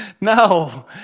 No